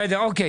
לא,